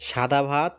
সাদা ভাত